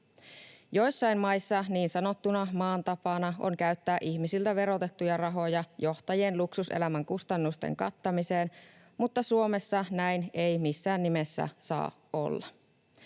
Joissain maissa niin sanottuna maan tapana on käyttää ihmisiltä verotettuja rahoja johtajien luksuselämän kustannusten kattamiseen, mutta Suomessa näin ei missään nimessä saa olla.